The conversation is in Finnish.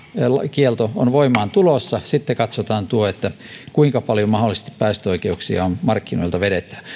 kielto on voimaan tulossa ja sitten katsotaan kuinka paljon mahdollisesti päästöoikeuksia on markkinoilta vedettävä